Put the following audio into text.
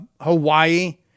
Hawaii